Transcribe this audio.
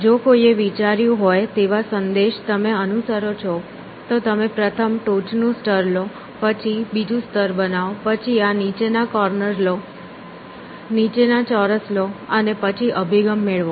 જો કોઈએ વિચાર્યું હોય તેવા સંદેશ તમે અનુસરો છો તો તમે પ્રથમ ટોચનું સ્તર લો પછી બીજું સ્તર બનાવો પછી આ નીચેના કોર્નર લો નીચેના ચોરસ લો અને પછી અભિગમ મેળવો